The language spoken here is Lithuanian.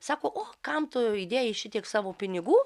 sako o kam tu įdėjai šitiek savo pinigų